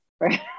right